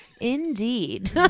indeed